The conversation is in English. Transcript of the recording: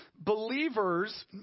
believers